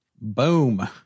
Boom